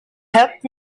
helped